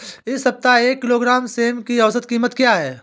इस सप्ताह एक किलोग्राम सेम की औसत कीमत क्या है?